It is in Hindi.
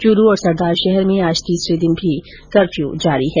चूरू और सरदारशहर में आज तीसरे दिन भी कर्फ्यू जारी है